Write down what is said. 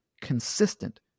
consistent